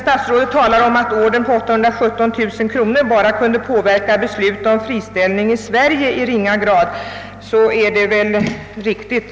Statsrådet säger att ordern på 817 000 kronor kunde påverka beslut om friställning i Sverige endast i ringa grad, och jag förstår att det är riktigt.